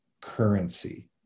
currency